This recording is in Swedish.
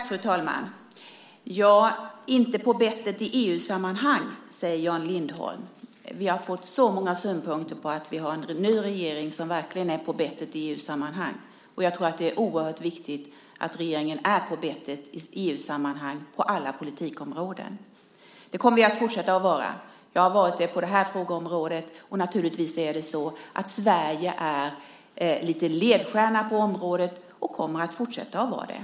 Fru talman! Inte på bettet i EU-sammanhang, säger Jan Lindholm. Vi har fått så många synpunkter på att vi har en ny regering som verkligen är på bettet i EU-sammanhang, och jag tror att det är oerhört viktigt att regeringen är på bettet i EU-sammanhang på alla politikområden. Det kommer vi att fortsätta att vara. Jag har varit det på det här frågeområdet. Naturligtvis är Sverige lite ledstjärna på området och kommer att fortsätta att vara det.